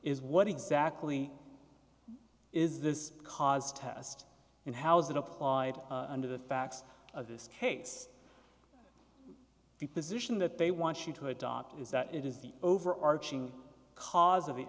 is what exactly is this cause test and how is it applied under the facts of this case the position that they want you to adopt is that it is the overarching cause of the